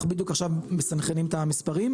אנחנו בדיוק עכשיו מסנכרנים את המספרים,